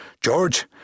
George